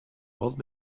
old